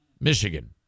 Michigan